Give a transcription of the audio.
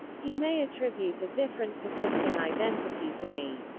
he may attribute a different persisting identity to me.